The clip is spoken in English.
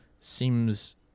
seems